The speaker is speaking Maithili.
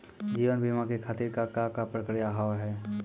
जीवन बीमा के खातिर का का प्रक्रिया हाव हाय?